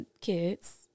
kids